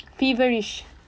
feverish